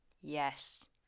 Yes